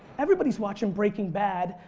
everybody is watching breaking bad.